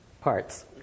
parts